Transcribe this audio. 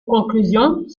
conclusions